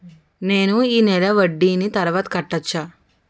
నేను ఈ నెల వడ్డీని తర్వాత కట్టచా?